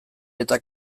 eta